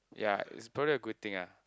ya it's probably a good thing ah